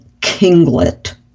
kinglet